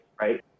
right